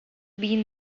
been